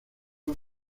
fue